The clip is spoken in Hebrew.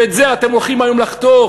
ואת זה אתם הולכים היום לחתוך.